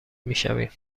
میشویم